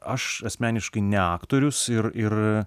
aš asmeniškai ne aktorius ir ir